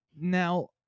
Now